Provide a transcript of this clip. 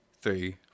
three